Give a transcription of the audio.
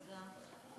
תודה.